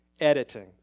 editing